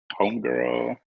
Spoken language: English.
Homegirl